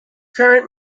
current